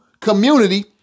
community